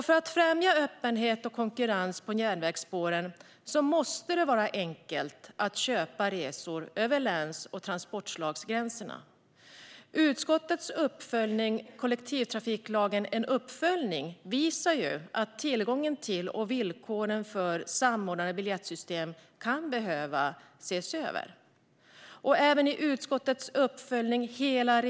För att främja öppenhet och konkurrens på järnvägsspåren måste det vara enkelt att köpa resor över läns och transportslagsgränserna. Utskottets uppföljning Kollektivtrafiklagen - en uppföljning visar att tillgången till och villkoren för samordnade biljettsystem kan behöva ses över. Även i utskottets uppföljning Hela resan hela året!